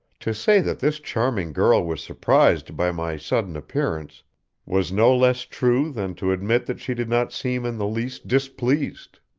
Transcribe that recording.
to say that this charming girl was surprised by my sudden appearance was no less true than to admit that she did not seem in the least displeased.